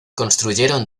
construyeron